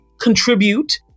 contribute